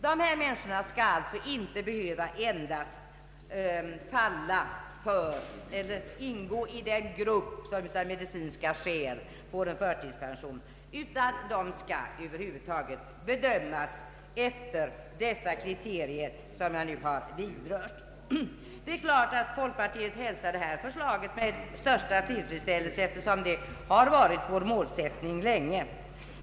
Dessa människor skall alltså inte behöva ingå i den grupp som enbart av medicinska skäl får en förtidspension utan skall bedömas efter de kriterier som jag nu har berört. Det är klart att folkpartiet hälsar förslaget med största tillfredsställelse, eftersom detta har varit vår målsättning länge.